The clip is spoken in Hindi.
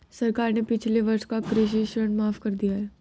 सरकार ने पिछले वर्ष का कृषि ऋण माफ़ कर दिया है